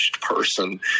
person